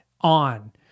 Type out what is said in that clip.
on